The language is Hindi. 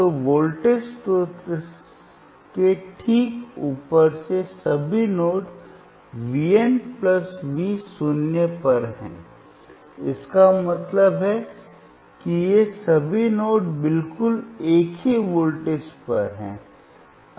तो वोल्टेज स्रोत के ठीक ऊपर के सभी नोड V n v शून्य पर हैं इसका मतलब है कि ये सभी नोड बिल्कुल एक ही वोल्टेज पर हैं